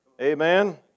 Amen